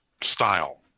style